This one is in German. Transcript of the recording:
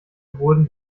wurden